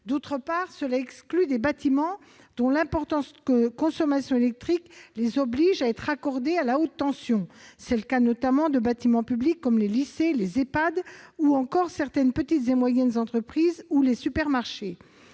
D'autre part, cela exclut des bâtiments dont l'importante consommation électrique les oblige à être raccordés en haute tension. C'est le cas notamment de bâtiments publics comme les lycées, les Ehpad, les petites et moyennes industries ou encore les supermarchés.